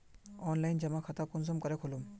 Online जमा खाता कुंसम करे खोलूम?